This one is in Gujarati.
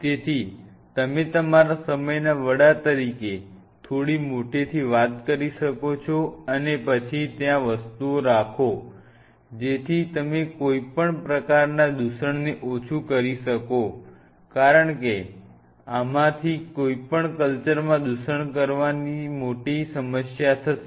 તેથી તમે તમારા સમયના વડા તરીકે થોડી મોટેથી વાત કરી શકો છો અને પછી ત્યાં વસ્તુઓ રાખો જેથી તમે કોઈપણ પ્રકારના દૂષણને ઓછું કરી શકો કારણ કે આમાંની કોઈપણ કલ્ચર માં દૂષણ કર વાથી તમારી મોટી સમસ્યા થશે